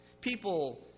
People